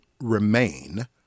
remain